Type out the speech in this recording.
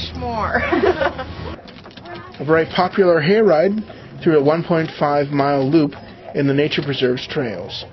this very popular here ride to one point five mile loop in the nature preserves trails